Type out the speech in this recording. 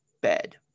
bed